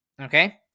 okay